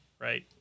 Right